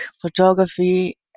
photography